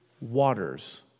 waters